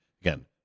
again